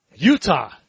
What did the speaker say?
Utah